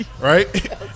right